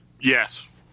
Yes